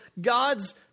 God's